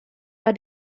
are